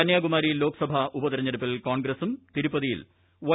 കന്യാകുമാരി ലോക്സഭാ ഉപതിരഞ്ഞെടുപ്പിൽ കോൺഗ്രസ്സും തിരുപ്പതിയിൽ വൈ